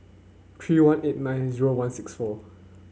three one eight nine zero one six four